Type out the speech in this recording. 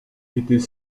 était